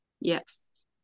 Yes